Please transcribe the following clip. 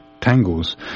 tangles